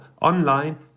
online